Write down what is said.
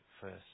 first